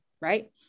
right